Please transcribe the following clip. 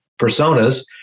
personas